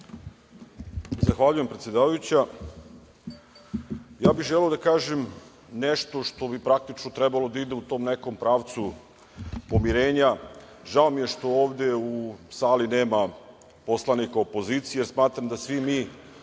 Zahvaljujem predsedavajuća. Ja bih želeo da kažem nešto bi praktično trebalo da ide u tom nekom pravcu pomirenja. Žao mi je što ovde u sali nema poslanika opozicije. Smatram da svi mi